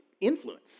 influence